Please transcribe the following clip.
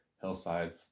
hillside